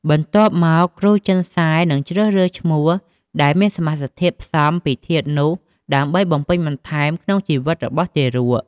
បន្ទាប់មក គ្រូចិនសែនឹងជ្រើសរើសឈ្មោះដែលមានសមាសធាតុផ្សំពីធាតុនោះ ដើម្បីបំពេញបន្ថែមក្នុងជីវិតរបស់ទារក។